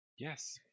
Yes